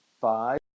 five